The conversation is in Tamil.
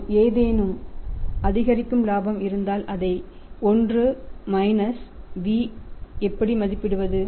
ஆமாம் ஏதேனும் அதிகரிக்கும் இலாபம் இருந்தால் அதை 1 மினஸ் v எப்படி மதிப்பிடுவது